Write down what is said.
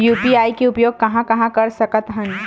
UPI के उपयोग कहां कहा कर सकत हन?